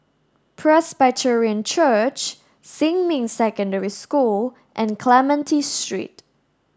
Presbyterian Church Xinmin Secondary School and Clementi Street